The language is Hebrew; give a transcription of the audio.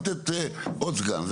לתת עוד סגן.